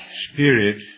spirit